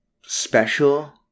special